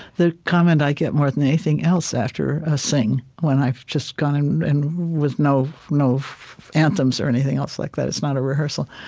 the comment i get more than anything else after a sing, when i've just gone and with no no anthems or anything else like that it's not a rehearsal,